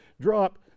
drop